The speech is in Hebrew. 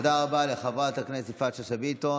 תודה רבה לחברת הכנסת יפעת שאשא ביטון.